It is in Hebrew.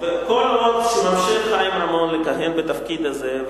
וכל עוד ממשיך חיים רמון לכהן בתפקיד הזה,